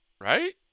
right